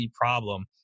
problem